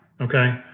okay